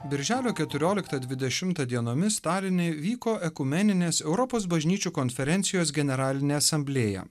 birželio keturioliktą dvidešimtą dienomis taline vyko ekumeninės europos bažnyčių konferencijos generalinė asamblėja